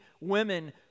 women